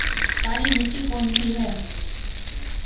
काली मिट्टी कौन सी है?